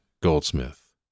Goldsmith